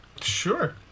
Sure